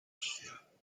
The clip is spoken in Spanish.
social